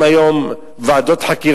אם יהיו ארבעה מטוסים,